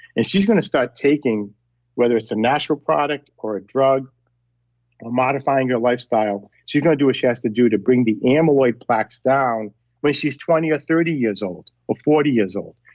and she's going to start taking whether it's a natural product or a drug or modifying your lifestyle, she's going to do what she has to do to bring the amyloid plaques down when she's twenty or thirty years old or forty years old.